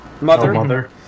Mother